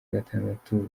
gatandatu